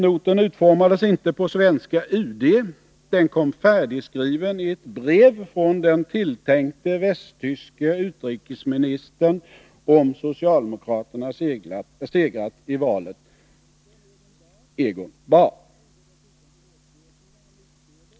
Noten utformades inte på svenska UD, den kom färdigskriven i ett brev från den tilltänkte västtyske utrikesministern — om socialdemokraterna hade segrat i valet — Egon Bahr.